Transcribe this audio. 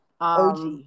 OG